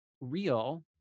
real